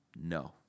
No